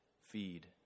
Feed